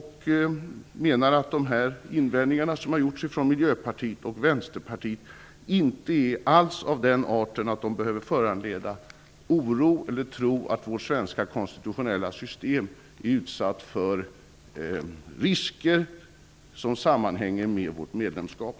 De invändningar som har gjorts av Miljöpartiet och Vänsterpartiet är inte alls av den arten att de behöver föranleda oro eller tro att vårt svenska konstitutionella system är utsatt för risker som sammanhänger med vårt medlemskap.